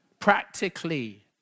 Practically